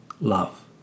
love